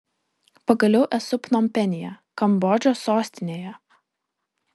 pagaliau esu pnompenyje kambodžos sostinėje